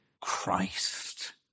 Christ